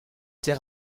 der